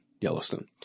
Yellowstone